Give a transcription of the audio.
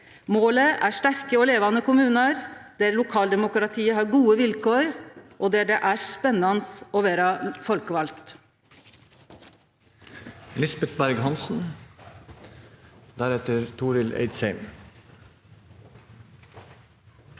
Målet er sterke og levande kommunar, der lokaldemokratiet har gode vilkår, og der det er spennande å vere folkevald.